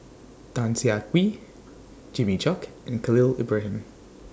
Tan Siah Kwee Jimmy Chok and Khalil Ibrahim